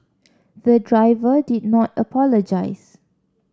the driver did not apologise